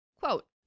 Quote